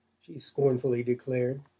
she scornfully declared